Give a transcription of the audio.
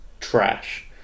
trash